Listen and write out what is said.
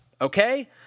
Okay